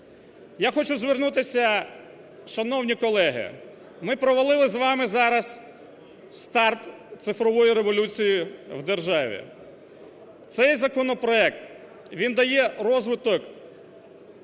Я хочу звернутися, шановні колеги, ми провалили з вами зараз старт цифрової революції в державі. Цей законопроект, він дає розвиток,